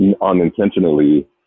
unintentionally